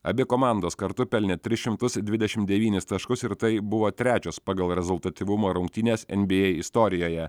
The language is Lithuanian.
abi komandos kartu pelnė tris šimtus dvidešimt devynis taškus ir tai buvo trečios pagal rezultatyvumą rungtynes nba istorijoje